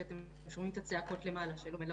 שאתם שומעים את הצעקות -- -שלומד לבגרות.